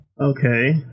Okay